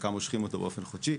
חלקם מושכים אותו באופן חודשי,